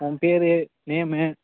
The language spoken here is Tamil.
உன் பேர் நேமு